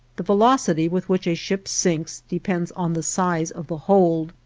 the velocity with which a ship sinks depends on the size of the hold,